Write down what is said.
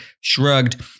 Shrugged